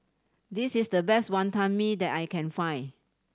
this is the best Wantan Mee that I can find